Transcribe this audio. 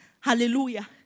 Hallelujah